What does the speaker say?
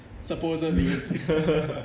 Supposedly